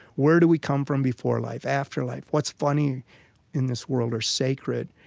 where do we come from before life, after life? what's funny in this world, or sacred?